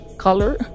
Color